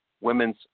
Women's